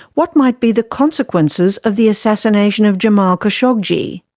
what might be the consequences of the assassination of jamal khashoggi?